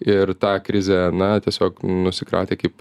ir tą krizę na tiesiog nusikratė kaip